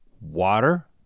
water